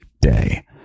day